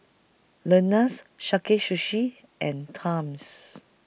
Lenas Sakae Sushi and Times